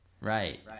right